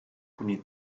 kuni